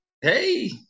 hey